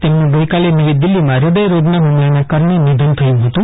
તેમનું ગઈકાલે નવી દિલ્હીમાં હૃદયરોગના હૃમલાને કારણે નિધન થયું હતું